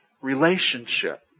relationship